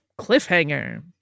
Cliffhanger